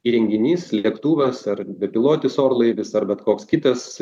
įrenginys lėktuvas ar bepilotis orlaivis ar bet koks kitas